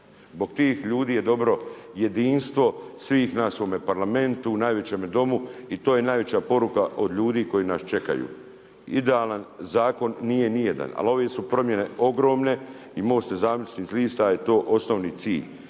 Zbog tih ljudi je dobro jedinstvo svih nas u ovome Parlamentu, najvećemu Domu i to je najveća poruka od ljudi koji nas čekaju. Idealan zakon nije nijedan ali ovdje su promjene ogromne i MOST-u Nezavisnih lista je to osnovni cilj.